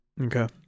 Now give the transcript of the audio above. Okay